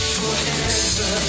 forever